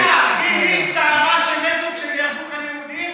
זה מה, היא הצטערה כשנהרגו כאן יהודים?